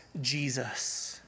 Jesus